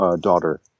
daughter